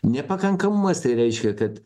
nepakankamumas tai reiškia kad